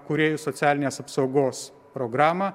kūrėjų socialinės apsaugos programą